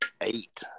eight